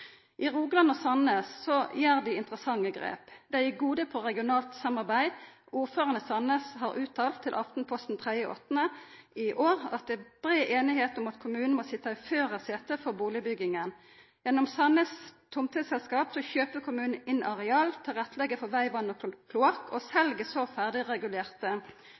I Rogaland og Sandnes gjer dei interessante grep. Dei er gode på regionalt samarbeid. Ordføraren i Sandnes har uttalt til Aftenposten 3. august i år at det er brei einigheit om at kommunen må sitja i førarsetet for bustadbygginga. Gjennom Sandnes tomteselskap kjøper kommunen inn areal, legg til rette for veg, vatn og kloakk og sel så